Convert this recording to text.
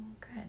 Good